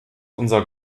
unser